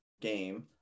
game